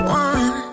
one